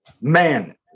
man